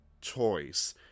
choice